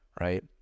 right